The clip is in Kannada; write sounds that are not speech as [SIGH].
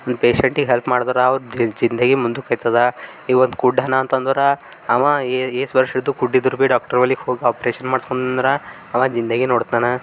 ಒಂದು ಪೇಶೆಂಟಿಗೆ ಹೆಲ್ಪ್ ಮಾಡಿದ್ರೆ ಅವರು ಜಿಂದಗಿ ಮುಂದಕ್ಕೆ ಹೋಗ್ತದ ಈಗ ಒಂದು [UNINTELLIGIBLE] ಅಂತಂದರೆ ಅವ ಏಸ್ ವರ್ಷದ್ದು ಕುಡಿದರು ಭೀ ಡಾಕ್ಟರ್ ಬಳಿಗೆ ಹೋಗಿ ಆಪ್ರೇಷನ್ ಮಾಡ್ಸ್ಕೊಂಡು ಬಂದ್ರೆ ಅವ ಜಿಂದಗಿ ನೋಡ್ತಾನ